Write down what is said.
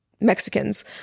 Mexicans